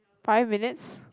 five minutes